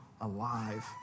alive